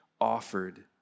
offered